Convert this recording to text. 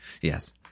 Yes